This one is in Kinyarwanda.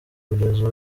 kugeza